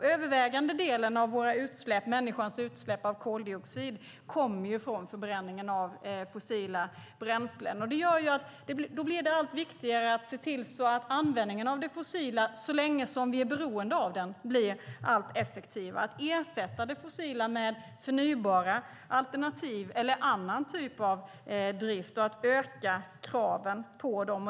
Den övervägande delen av människans utsläpp av koldioxid kommer från förbränningen av fossila bränslen, och då blir det allt viktigare att se till att användningen av det fossila, så länge vi är beroende av det, blir allt effektivare och att vi kan ersätta det med förnybara alternativ eller annan typ av drift och öka kraven på dem.